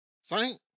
Saint